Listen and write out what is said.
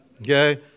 Okay